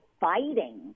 fighting